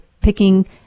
picking